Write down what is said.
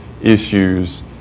issues